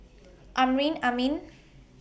Amrin Amin